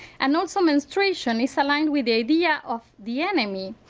and also menstruation is along with the idea of the enemy.